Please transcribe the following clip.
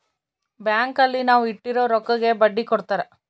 bank ಅಲ್ಲಿ ನಾವ್ ಇಟ್ಟಿರೋ ರೊಕ್ಕಗೆ ಬಡ್ಡಿ ಕೊಡ್ತಾರ